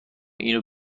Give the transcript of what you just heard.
اینو